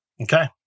Okay